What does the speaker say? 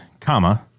comma